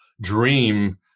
dream